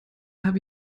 habe